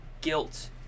guilt